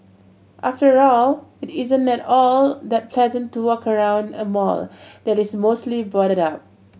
after all it isn't at all that pleasant to walk around a mall that is mostly boarded up